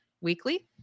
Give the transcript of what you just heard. weekly